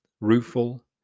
rueful